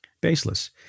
baseless